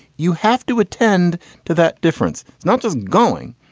you have to attend to that difference, not just going.